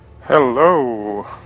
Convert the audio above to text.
Hello